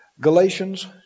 Galatians